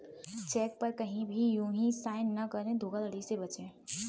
check पर कहीं भी यू हीं साइन न करें धोखाधड़ी से बचे